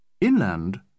Inland